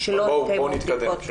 בואו נתקדם.